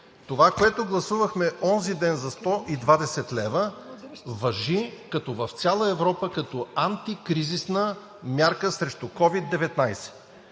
Това, което гласувахме онзи ден за 120 лв., важи – като в цяла Европа, като антикризисна мярка срещу COVID-19.